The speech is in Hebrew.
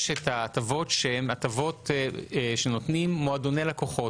יש את ההטבות שהן הטבות שנותנים מועדוני לקוחות.